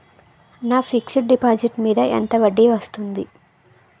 నా fixed deposit మీద ఎంత వడ్డీ వస్తుంది?